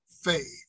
faith